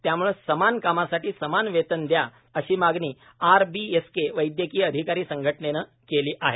त्याम्ळे समान कामासाठी समान वेतन द्या अशी मागणी आरबीएसके वैदयकीय अधिकारी संघटनेने केली आहे